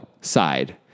side